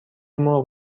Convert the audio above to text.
مرغ